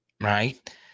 right